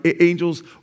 angels